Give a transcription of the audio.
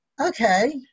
okay